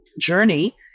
journey